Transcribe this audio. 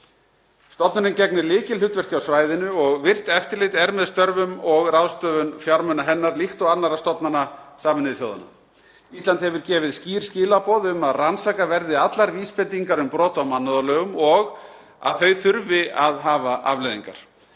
Stofnunin gegnir lykilhlutverki á svæðinu og virkt eftirlit er með störfum og ráðstöfun fjármuna hennar líkt og annarra stofnana Sameinuðu þjóðanna. Ísland hefur gefið skýr skilaboð um að rannsaka verði allar vísbendingar um brot á mannúðarlögum og að þau þurfi að hafa afleiðingar.